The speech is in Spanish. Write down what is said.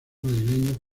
madrileño